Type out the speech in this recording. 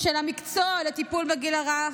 של מקצוע הטיפול בגיל הרך,